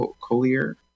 collier